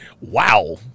Wow